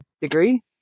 degree